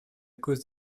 cause